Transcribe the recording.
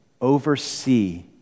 oversee